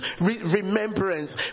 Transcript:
remembrance